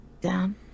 down